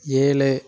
ஏழு